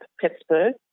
Pittsburgh